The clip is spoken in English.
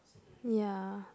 ya